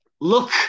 Look